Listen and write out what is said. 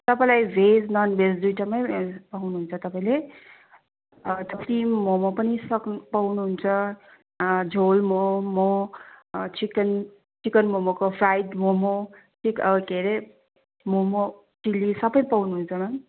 तपाईँलाई veg non veg दुइवटामा पाउनु हुन्छ तपाईँले तपाईँले स्टिम मम पनि सक्नु पाउनु हुन्छ झोल मम चिकन चिकन ममको फ्राइड मम चिकन के हरे मम चिल्ली सब पाउनु हुन्छ मेम